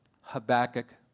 Habakkuk